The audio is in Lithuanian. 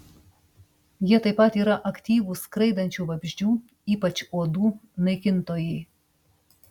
jie taip pat yra aktyvūs skraidančių vabzdžių ypač uodų naikintojai